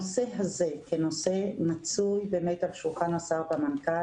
הנושא הזה כנושא מצוי על שולחן השר והמנכ"ל